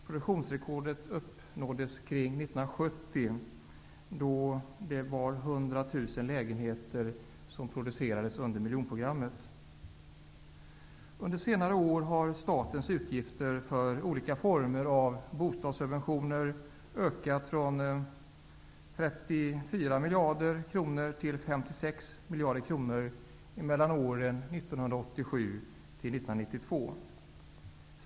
Produktionsrekordet uppnåddes kring 1970, då Under senare år har statens utgifter för olika former av bostadssubventioner ökat från 34 miljarder kronor till 56 miljarder kronor mellan åren 1987 och 1992.